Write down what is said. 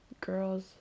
Girls